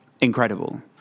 incredible